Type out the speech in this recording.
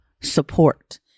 support